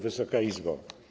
Wysoka Izbo!